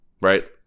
right